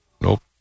Nope